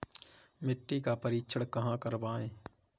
मिट्टी का परीक्षण कहाँ करवाएँ?